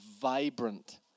vibrant